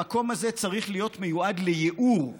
המקום הזה צריך להיות מיועד לייעור,